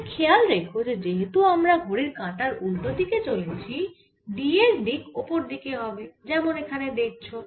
এটা খেয়াল রেখো যে যেহেতু আমরা ঘড়ির কাঁটার উল্টো দিকে চলেছি d a এর দিক ওপর দিকে হবে যেমন এখানে দেখছ